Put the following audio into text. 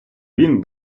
він